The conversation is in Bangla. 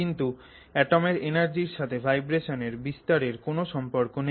কিন্তু অ্যাটমের এনার্জির সাথে ভাইব্রেশনের বিস্তারের কোন সম্পর্ক নেই